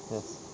yes